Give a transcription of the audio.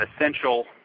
essential